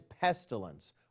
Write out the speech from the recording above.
pestilence